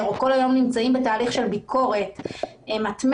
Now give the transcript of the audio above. או כל היום נמצאים בתהליך של ביקורת מתמדת,